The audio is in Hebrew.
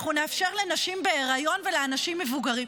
אנחנו נאפשר לנשים בהריון ולאנשים מבוגרים.